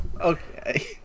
Okay